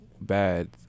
bad